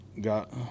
got